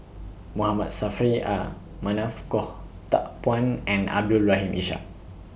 Mohamad Saffri A Manaf Goh Teck Phuan and Abdul Rahim Ishak